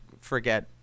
forget